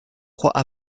croix